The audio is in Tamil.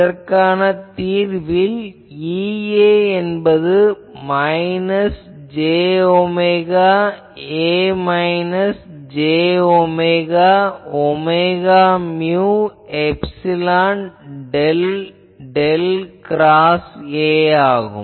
இதற்கான தீர்வில் EA என்பது minus j omega A minus j வகுத்தல் omega mu epsilon del del cross A ஆகும்